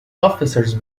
officers